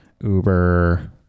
Uber